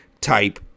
type